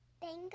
Bingo